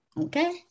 okay